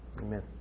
amen